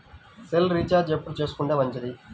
Cell recharge ఎప్పుడు చేసుకొంటే మంచిది?